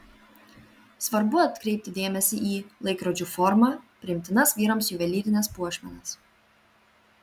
svarbu atkreipti dėmesį į laikrodžių formą priimtinas vyrams juvelyrines puošmenas